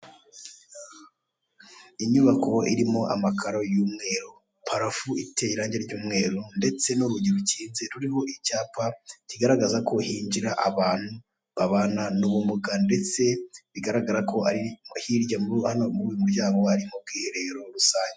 Inyubako irimo amakaro y'umweru, parafu iteye irange ry'umweru ndetse n'urugi rukinze rurimo icyapa cyigaragaza ko hinjira abantu babana n'ubumuga ndetse bigaragara ko hirya muri uyu muryango ari mubwiherero rusange.